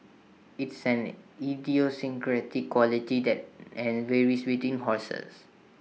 IT is an idiosyncratic quality that and varies between horses